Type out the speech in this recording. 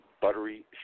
buttery